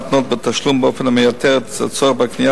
להתנות בתשלום באופן המייתר את הצורך בהקניית